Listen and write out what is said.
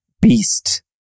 Beast